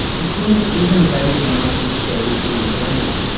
but cooling isn't available in much of australia's rural areas,